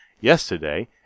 Yesterday